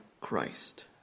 Christ